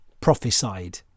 prophesied